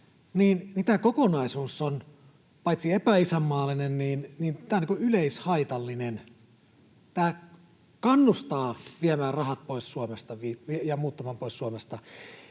tämä kokonaisuus on paitsi epäisänmaallinen niin yleishaitallinen. Tämä kannustaa viemään rahat pois Suomesta ja muuttamaan pois Suomesta.